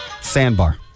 sandbar